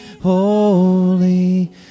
holy